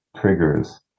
triggers